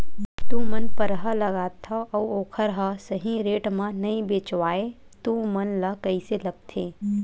तू मन परहा लगाथव अउ ओखर हा सही रेट मा नई बेचवाए तू मन ला कइसे लगथे?